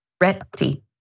Ready